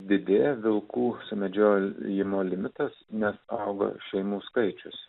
didėja vilkų sumedžiojimo limitas nes auga šeimų skaičius